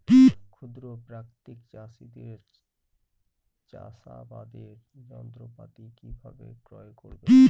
ক্ষুদ্র প্রান্তিক চাষীদের চাষাবাদের যন্ত্রপাতি কিভাবে ক্রয় করব?